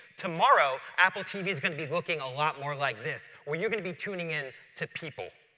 tomorrow apple tv is going to be looking a lot more like this where you're going to be tuning in to people.